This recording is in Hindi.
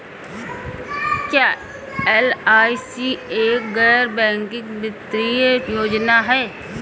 क्या एल.आई.सी एक गैर बैंकिंग वित्तीय योजना है?